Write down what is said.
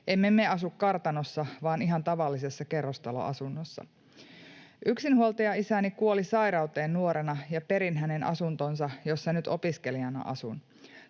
Emme me asuvat kartanossa vaan ihan tavallisessa kerrostaloasunnossa.” ”Yksinhuoltajaisäni kuoli sairauteen nuorena, ja perin hänen asuntonsa, jossa nyt opiskelijana asun.